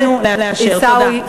יעלה חבר הכנסת עיסאווי פריג'.